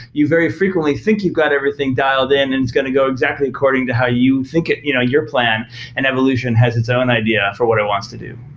you very frequently think you've got everything dialed in and it's going to go exactly according to how you think you know your plan and evolution has its own idea for what it wants to do.